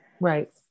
Right